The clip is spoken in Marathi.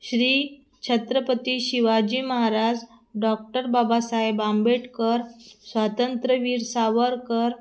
श्री छत्रपती शिवाजी महाराज डॉक्टर बाबासाहेब आंबेडकर स्वातंत्र्यवीर सावरकर